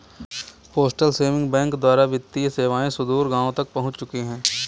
postal saving bank द्वारा वित्तीय सेवाएं सुदूर गाँवों तक पहुंच चुकी हैं